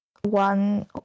one